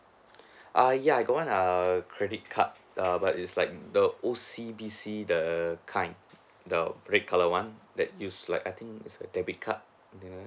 err ya I got one err credit card err but it's like the O_C_B_C the kind the red colour [one] that use like I think it's a debit card err